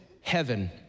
heaven